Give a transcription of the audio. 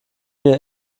mir